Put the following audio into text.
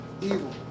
evil